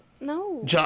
No